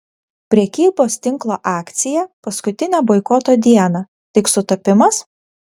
prekybos tinklo akcija paskutinę boikoto dieną tik sutapimas